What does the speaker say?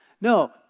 No